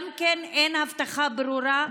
גם כן אין הבטחה ברורה,